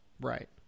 Right